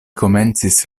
komencis